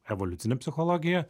evoliucinė psichologija